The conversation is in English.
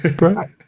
right